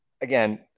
again